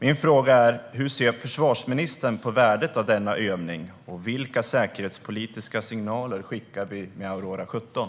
Min fråga är: Hur ser försvarsministern på värdet av denna övning, och vilka säkerhetspolitiska signaler skickar vi med Aurora 17?